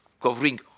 covering